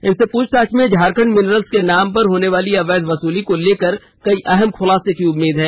इनसे पूछताछ में झारखंड मिनरल्स के नाम पर होने वाली अवैध वसूली को लेकर कई अहम खुलासे होने की उम्मीद है